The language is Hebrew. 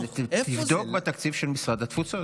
תבדוק בתקציב של משרד התפוצות,